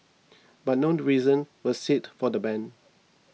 but none reasons were sit for the ban